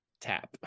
Tap